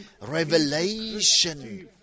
Revelation